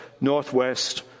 northwest